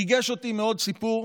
ריגש אותי מאוד סיפור